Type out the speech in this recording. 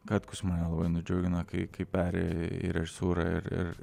katkus mane labai nudžiugino kai kai perėjo į režisūrą ir ir